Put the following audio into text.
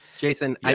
Jason